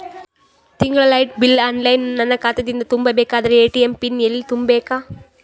ತಿಂಗಳ light bill online ನನ್ನ ಖಾತಾ ದಿಂದ ತುಂಬಾ ಬೇಕಾದರ ಎ.ಟಿ.ಎಂ ಪಿನ್ ಎಲ್ಲಿ ತುಂಬೇಕ?